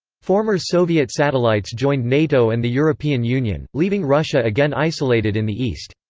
former soviet satellites joined nato and the european union, leaving russia again isolated in the east.